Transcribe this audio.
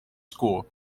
school